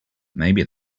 maybe